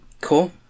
Cool